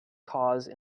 cause